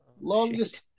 Longest